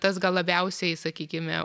tas gal labiausiai sakykime